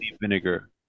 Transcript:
vinegar